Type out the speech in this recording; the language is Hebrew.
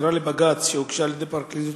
בעתירה לבג"ץ שהוגשה על-ידי פרקליטות